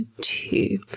two